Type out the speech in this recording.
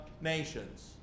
nations